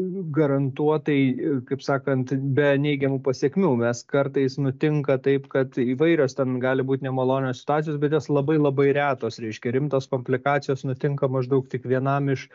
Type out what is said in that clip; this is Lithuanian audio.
garantuotai kaip sakant be neigiamų pasekmių nes kartais nutinka taip kad įvairios ten gali būt nemalonios situacijos bet jos labai labai retos reiškia rimtos komplikacijos nutinka maždaug tik vienam iš